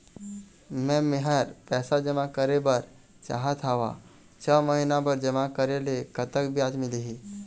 मे मेहर पैसा जमा करें बर चाहत हाव, छह महिना बर जमा करे ले कतक ब्याज मिलही?